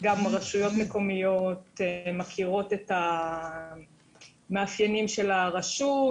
והרשויות מקומיות מכירות את המאפיינים של הרשות,